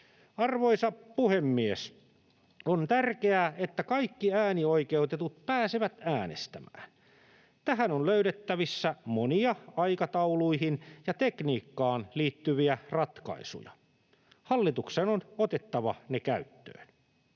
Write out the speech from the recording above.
Arvoisa puhemies! On tärkeää, että kaikki äänioikeutetut pääsevät äänestämään. Tähän on löydettävissä monia aikatauluihin ja tekniikkaan liittyviä ratkaisuja. Hallituksen on otettava ne käyttöön.